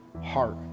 heart